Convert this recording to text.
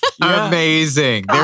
Amazing